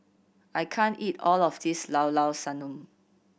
I can't eat all of this Llao Llao Sanum